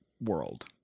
world